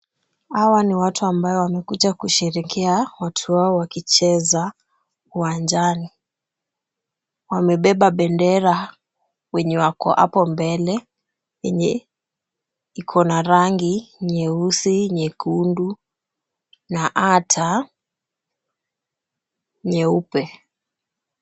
Hawa ni watu ambao wamekuja kusherehekea watu wao wakicheza uwanjani. Wamebeba bendera, wenye wako hapo mbele, yenye iko na rangi nyeusi, nyekundu na hata nyeupe.